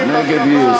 נגד גיוס,